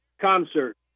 concert